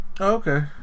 Okay